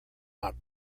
not